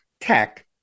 tech